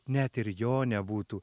net ir jo nebūtų